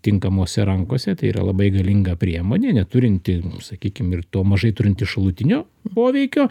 tinkamose rankose tai yra labai galinga priemonė neturinti sakykim ir to mažai turinti šalutinio poveikio